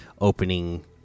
opening